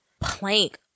plank